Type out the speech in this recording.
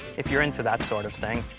if you're into that sort of thing.